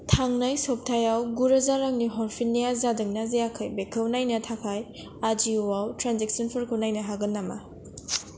थांनाय सप्तायाव गुरोजा रांनि हरफिन्नाया जादोंना जायाखै बेखौ नायनो थाखाय आजिय'आव ट्रेन्जेकसनफोरखौ नायनो हागोन नामा